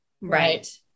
Right